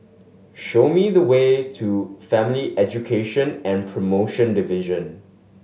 show me the way to Family Education and Promotion Division